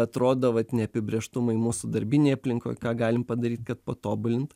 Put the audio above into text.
atrodo vat neapibrėžtumai mūsų darbinėj aplinkoj ką galim padaryt kad patobulint